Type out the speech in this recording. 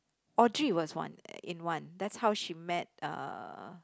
Audrey was one in one that's how she met uh